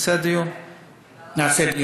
נעשה דיון.